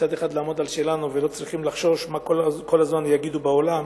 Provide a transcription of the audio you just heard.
מצד אחד לעמוד על שלנו ולא צריכים לחשוש כל הזמן מה יגידו בעולם,